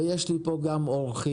ויש לי פה גם אורחים,